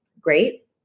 great